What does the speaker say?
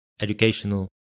educational